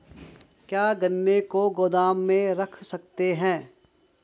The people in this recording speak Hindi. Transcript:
क्या गन्ने को गोदाम में रख सकते हैं?